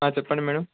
చెప్పండి మ్యాడమ్